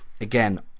again